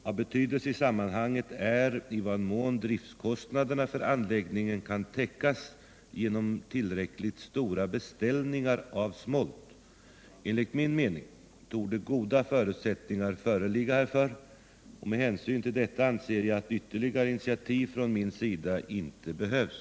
Av betydelse i sammanhanget är i vad mån driftkostnaderna för anläggningen kan täckas genom tillräckligt stora beställningar av smolt. Enligt min mening torde goda förutsättningar föreligga härför. Med hänsyn till detta anser jag att ytterligaré initiativ från min sida inte behövs.